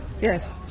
Yes